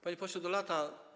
Panie Pośle Dolata!